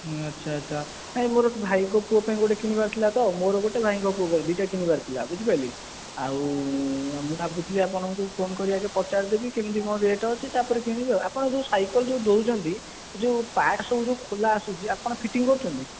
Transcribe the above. ହୁଁ ଆଚ୍ଛା ଆଚ୍ଛା ନାହିଁ ମୋ ଭାଇଙ୍କ ପୁଅ ପାଇଁ ଗୋଟେ କିଣିବାର ଥିଲା ତ ମୋର ଗୋଟେ ଭାଇଙ୍କ ପୁଅ ପାଇଁ ଗୋଟେ ଦୁଇଟା କିଣିବାର ଥିଲା ବୁଝିପାରିଲେ ଆଉ ମୁଁ ଭାବୁଥିଲି ଆପଣଙ୍କୁ ଫୋନ କରି ଆଗେ ପଚାରିଦେବି କେମିତି କ'ଣ ରେଟ୍ ଅଛି ତା'ପରେ କିଣିବି ଆଉ ଆପଣ ଯେଉଁ ସାଇକେଲ ଯେଉଁ ଦେଉଚନ୍ତି ଯେଉଁ ପାର୍ଟ ସବୁ ଯେଉଁ ଖୋଲା ଆସୁଛି ଆପଣ ଫିଟିଂ କରୁଛନ୍ତି